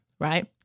right